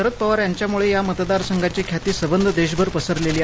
शरद पवार यांच्यामुळे या मतदारसंघाची ख्याती संबंध देशभर पसरलेली आहे